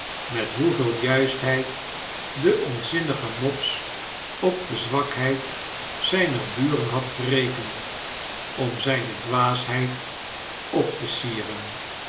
met hoeveel juistheid de onzinnige mopes op de zwakheid zper buren had gerekend om zpe dwaasheid op te sieren